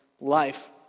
life